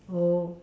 oh